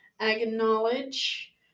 acknowledge